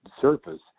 surface